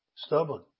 Stubborn